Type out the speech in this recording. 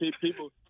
People